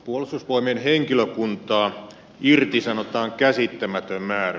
puolustusvoimien henkilökuntaa irtisanotaan käsittämätön määrä